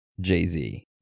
Jay-Z